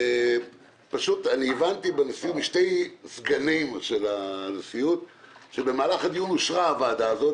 אני הבנתי משני סגני נשיאות שבמהלך הדיון אושרה הועדה הזו,